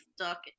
stuck